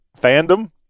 fandom